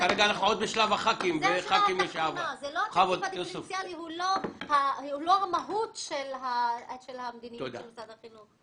התקצוב הדיפרנציאלי הוא לא המהות של המדיניות של משרד החינוך.